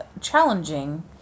challenging